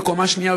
בקומה השנייה.